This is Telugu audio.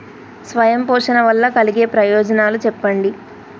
స్వయం పోషణ వల్ల కలిగే ప్రయోజనాలు చెప్పండి?